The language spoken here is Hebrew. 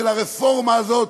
של הרפורמה הזאת,